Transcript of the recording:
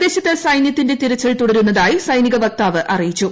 പ്രദേശത്ത് സൈന്യത്തിന്റെ തിരച്ചിൽ തുടരുന്നതായി സൈനിക വക്താവ് അറിയിച്ചു